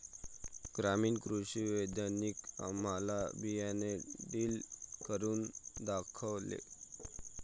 ग्रामीण कृषी वैज्ञानिकांनी आम्हाला बियाणे ड्रिल करून दाखवले